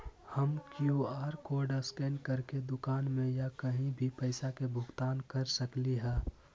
हम QR code scan करके दुकान में या कहीं भी पैसा के भुगतान कर सकली ह?